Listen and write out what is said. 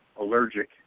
allergic